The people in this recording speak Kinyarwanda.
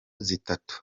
zitatu